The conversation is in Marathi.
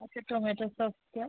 ते टोमॅटो सॉस द्या